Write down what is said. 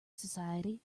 society